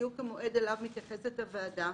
בדיוק המועד אליו מתייחסת הוועדה,